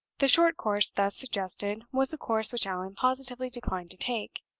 the short course thus suggested was a course which allan positively declined to take.